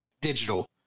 digital